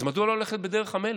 אז מדוע ללכת בדרך המלך,